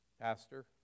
Pastor